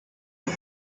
and